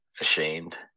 ashamed